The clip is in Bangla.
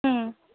হ্যাঁ